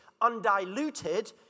undiluted